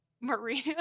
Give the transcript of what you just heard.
Maria